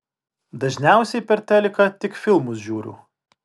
dažniausiai per teliką tik filmus žiūriu